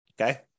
okay